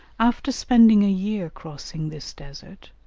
after spending a year crossing this desert,